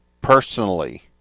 personally